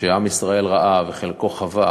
שעם ישראל ראה וחלקו חווה